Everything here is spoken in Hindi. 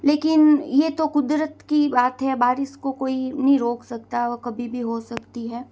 लेकिन यह तो कुदरत की बात है बारिश को कोई नहीं रोक सकता वह कभी भी हो सकती है